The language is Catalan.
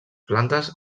plantes